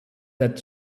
that